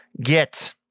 Get